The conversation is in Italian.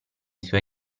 suoi